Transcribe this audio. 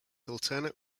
alternate